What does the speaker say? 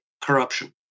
corruption